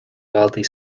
dhaltaí